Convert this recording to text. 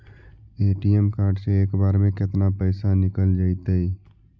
ATM card से एक बार में केतना पैसा निकल जइतै?